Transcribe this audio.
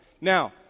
Now